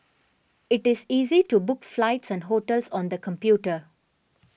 it is easy to book flights and hotels on the computer